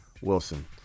wilson